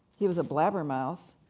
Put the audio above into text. he was a blabbermouth.